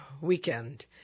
weekend